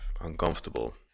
uncomfortable